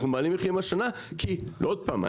אנחנו מעלים מחירים השנה עוד פעם,